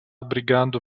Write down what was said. brigando